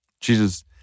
Jesus